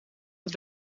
dat